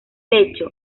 hecho